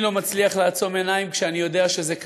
אני לא מצליח לעצום עיניים כשאני יודע שזה קיים.